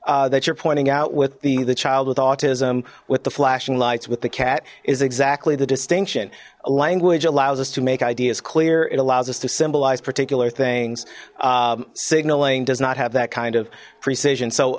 that you're pointing out with the the child with autism with the flashing lights with the cat is exactly the distinction language allows us to make ideas clearer it allows us to symbolize particular things signaling does not have that kind of precision so